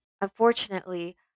Unfortunately